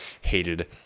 hated